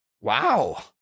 Wow